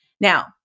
Now